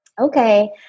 okay